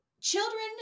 children